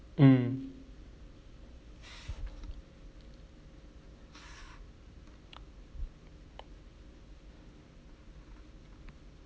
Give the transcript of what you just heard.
mm